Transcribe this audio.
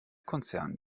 konzern